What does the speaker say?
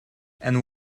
and